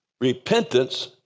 repentance